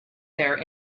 there